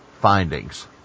findings